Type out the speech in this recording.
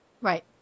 Right